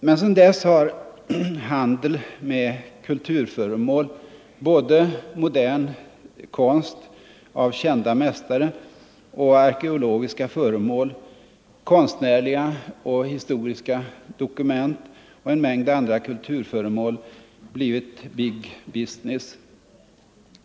Men sedan dess har handeln med kulturföremål — modern konst av kända mästare, arkeologiska föremål, konstnärliga och historiska dokument och en mängd andra kulturföremål — blivit big business.